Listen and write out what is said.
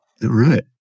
Right